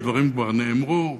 והדברים כבר נאמרו.